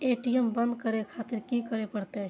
ATM बंद करें खातिर की करें परतें?